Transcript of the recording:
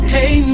Hey